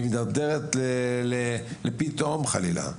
היא מתדרדרת לפתאום חלילה,